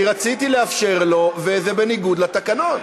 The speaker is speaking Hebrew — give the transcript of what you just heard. אני רציתי לאפשר לו, וזה בניגוד לתקנון.